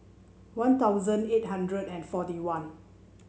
One Thousand eight hundred and forty one